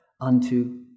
unto